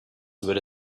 würde